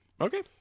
Okay